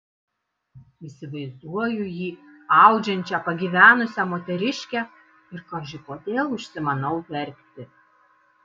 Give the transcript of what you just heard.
įsivaizduoju jį audžiančią pagyvenusią moteriškę ir kaži kodėl užsimanau verkti